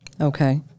Okay